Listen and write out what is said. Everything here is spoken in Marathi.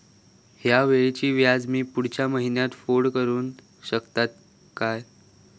हया वेळीचे व्याज मी पुढच्या महिन्यात फेड करू शकतय काय?